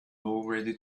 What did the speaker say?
already